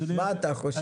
מה אתה חושב, יובל?